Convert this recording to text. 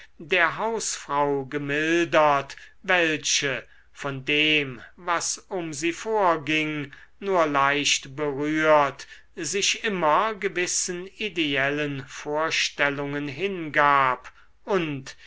der hausfrau gemildert welche von dem was um sie vorging nur leicht berührt sich immer gewissen ideellen vorstellungen hingab und